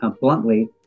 bluntly